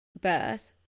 birth